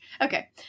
Okay